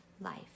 life